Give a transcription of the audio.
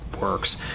works